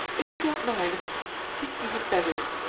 if you don't mind. i think you had better.